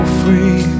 free